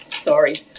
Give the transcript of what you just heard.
Sorry